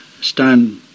stand